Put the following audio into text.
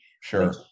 sure